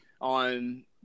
on